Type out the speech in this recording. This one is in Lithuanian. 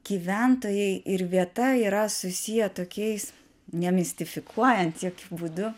gyventojai ir vieta yra susiję tokiais nemistifikuojant jokiu būdu